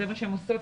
זה מה שהן עושות.